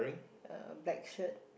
uh black shirt